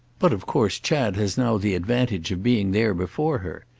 but of course chad has now the advantage of being there before her.